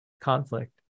conflict